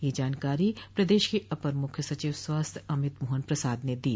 यह जानकारी प्रदेश के अपर मुख्य सचिव स्वास्थ्य अमित मोहन प्रसाद ने दी